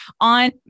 on